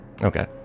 Okay